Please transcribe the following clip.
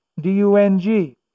D-U-N-G